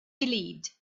believed